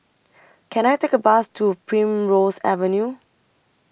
Can I Take A Bus to Primrose Avenue